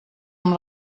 amb